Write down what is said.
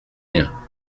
rien